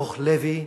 דוח-לוי,